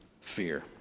fear